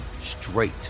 straight